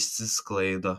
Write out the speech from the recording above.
išsisklaido